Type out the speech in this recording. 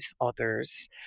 others